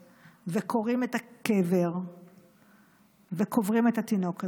וכורים את הקבר וקוברים את התינוק הזה.